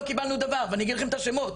לא קיבלנו דבר ואני אגיד לכם את השמות,